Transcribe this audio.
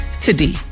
today